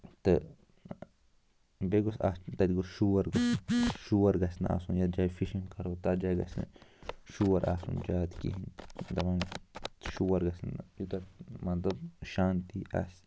تہٕ بیٚیہِ گوٚژھ اَتھ تَتہِ گوٚژھ شور شور گژھِ نہٕ آسُن یَتھ جایہِ فِشِنگ کرو تَتھ جایہِ گژھِ نہٕ شور آسُن زیادٕ کِہیٖنۍ دَپان شور گژھِ نہٕ یوٗتاہ مان تہٕ شانتی آسہِ